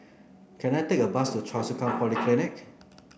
can I take a bus to Choa Chu Kang Polyclinic